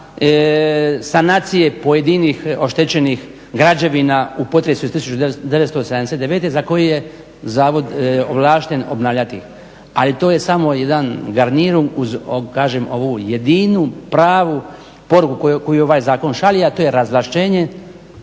sanacije pojedinih oštećenih građevina u potresu iz 1979. za koji je Zavod ovlašten obnavljati. A i to je samo jedan …/Govornik se ne razumije./… uz kažem, ovu jedinu pravu poruku koju ovaj zakon šalje a to je razvlašćenje,